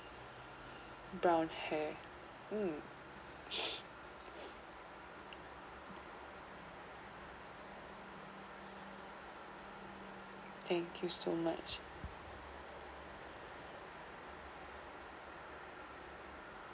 brown hair um thank you so much